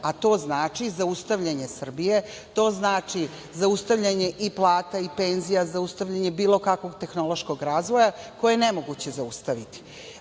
a to znači i zaustavljanje Srbije, to znači zaustavljanje i plata i penzija, zaustavljanje bilo kakvog tehnološkog razvoja koje je nemoguće zaustaviti. Onoga